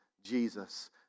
Jesus